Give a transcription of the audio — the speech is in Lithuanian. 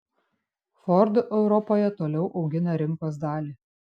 ford europoje toliau augina rinkos dalį